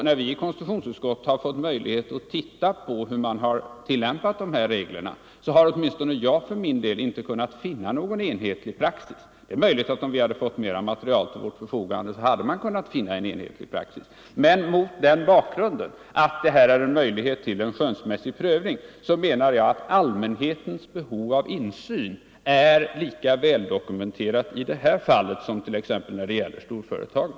När vi i konsti tutionsutskottet fått möjlighet att studera hur dessa regler tillämpas har Ang. kvinnans åtminstone jag inte kunnat finna någon enhetlig praxis. Det är möjligt = ställning inom att vi, om vi hade mera material till vårt förfogande, hade kunnat finna = statskyrkan en enhetlig praxis. Men mot bakgrund av att det finns möjlighet till skönsmässig prövning menar jag att allmänhetens behov av insyn är lika väldokumenterat i detta fall som t.ex. när det gäller storföretagen.